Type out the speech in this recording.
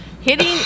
Hitting